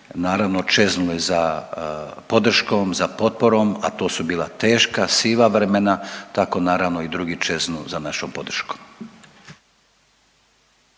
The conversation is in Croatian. naravno, čeznuli za podrškom, za potporom, a to su bila teška, siva vremena, tako naravno i drugi čeznu za našom podrškom.